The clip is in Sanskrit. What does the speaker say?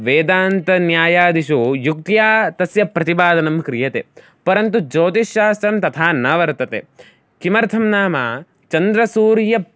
वेदान्तन्यायादिषु युक्त्या तस्य प्रतिपादनं क्रियते परन्तु ज्योतिषशास्त्रं तथा न वर्तते किमर्थं नाम चन्द्रसूर्यौ